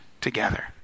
together